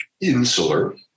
insular